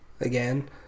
again